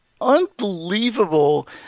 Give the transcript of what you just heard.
unbelievable